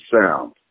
sound